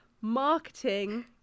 marketing